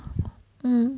mm